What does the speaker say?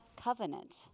covenant